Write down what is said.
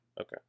Okay